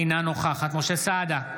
אינה נוכחת משה סעדה,